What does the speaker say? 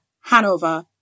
Hanover